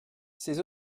ces